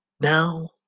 now